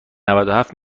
نودوهفت